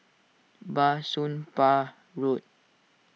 Bah Soon Pah Road